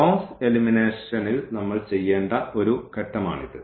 Gauss എലിമിനേഷനിൽ നമ്മൾ ചെയ്യേണ്ട ഒരു ഘട്ടമാണിത്